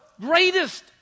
greatest